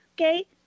Okay